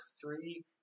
three